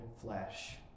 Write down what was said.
flesh